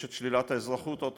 יש שלילת אזרחות או תושבות,